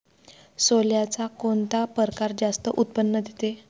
सोल्याचा कोनता परकार जास्त उत्पन्न देते?